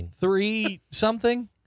three-something